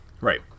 Right